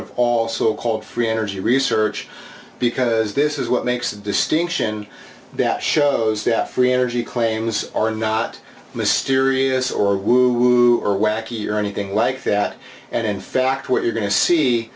of all so called free energy research because this is what makes a distinction that shows that free energy claims are not mysterious or woo woo or wacky or anything like that and in fact we're going to see